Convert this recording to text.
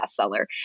bestseller